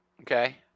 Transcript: Okay